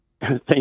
Thank